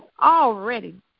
already